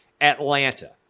Atlanta